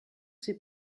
ses